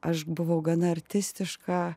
aš buvau gana artistiška